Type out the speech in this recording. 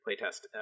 playtest